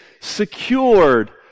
secured